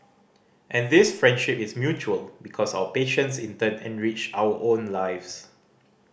and this friendship is mutual because our patients in turn enrich our own lives